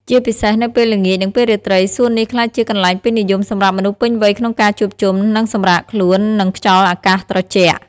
ជាពិសេសនៅពេលល្ងាច និងពេលរាត្រី សួននេះក្លាយជាកន្លែងពេញនិយមសម្រាប់មនុស្សពេញវ័យក្នុងការជួបជុំ និងសម្រាកខ្លួន និងខ្យល់អាកាសត្រជាក់។